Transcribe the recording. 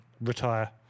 Retire